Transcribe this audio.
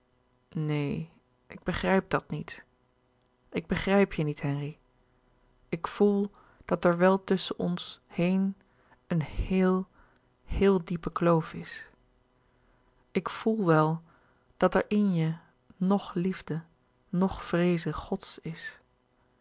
neen ik begrijp dat niet ik begrijp je niet henri ik voel dat er wel tusschen ons heen een heel heel diepe kloof is ik voel wel dat er in je noch liefde noch vreeze gods is